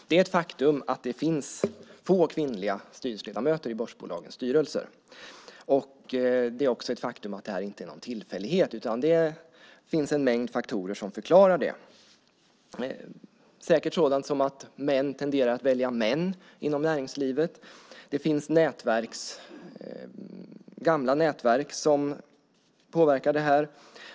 Det är ett faktum att det finns få kvinnliga styrelseledamöter i börsbolagens styrelser. Det är också ett faktum att detta inte är någon tillfällighet. Det finns en mängd faktorer som förklarar det. Det är säkert sådant som att män tenderar att välja män inom näringslivet. Det finns gamla nätverk som påverkar detta.